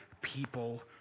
people